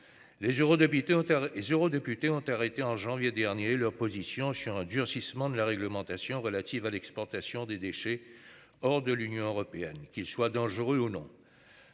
et eurodéputés ont arrêté en janvier dernier leur position. Je suis un durcissement de la réglementation relative à l'exportation des déchets hors de l'Union européenne, qu'ils soient dangereux ou non.